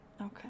Okay